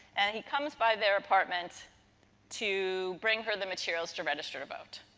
and, he comes by their apartment to bring her the materials to register to vote.